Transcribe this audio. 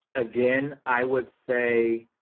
again, i would say.